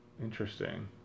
Interesting